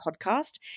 podcast